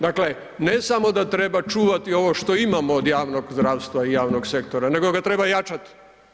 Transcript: Dakle, ne samo da treba čuvati ovo što imamo od javnog zdravstva i javnog sektora, nego ga treba jačat.